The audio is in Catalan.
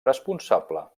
responsable